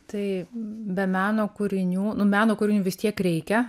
tai be meno kūrinių nu meno kūrinių vis tiek reikia